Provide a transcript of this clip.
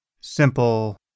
simple